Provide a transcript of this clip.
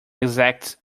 exact